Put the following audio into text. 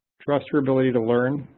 trust your ability to learn,